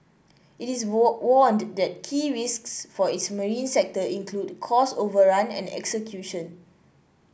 it is warn warned that key risks for its marine sector include cost overrun and execution